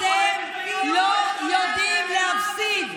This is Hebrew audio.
אתם לא יודעים להפסיד,